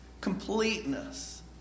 completeness